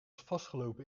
vastgelopen